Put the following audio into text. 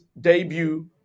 debut